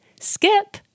skip